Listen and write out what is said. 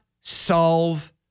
solve